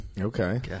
Okay